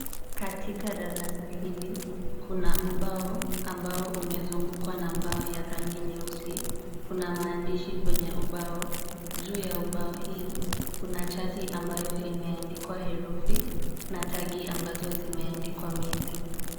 Katika darasa hili kuna ubao ambao umezungukwa na mbao ya rangi nyeusi. Kuna maandishi kwenye ubao. Juu ya ubao hii kuna chati ambayo imeandikwa herufi na tagi ambazo zimeandikwa miezi.